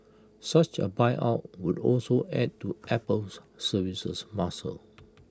such A buyout would also add to Apple's services muscle